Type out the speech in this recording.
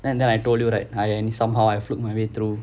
and then I told you right I uh somehow I fluked my way through